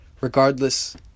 Regardless